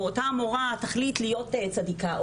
או אותה מורה תתחליט להיות צדיקה,